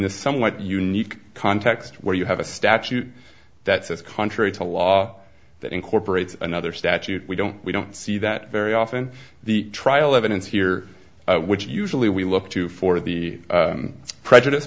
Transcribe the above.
this somewhat unique context where you have a statute that says contrary to law that incorporates another statute we don't we don't see that very often the trial evidence here which usually we look to for the prejudice